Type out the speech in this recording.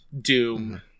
Doom